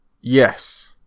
Yes